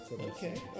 okay